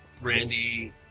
Randy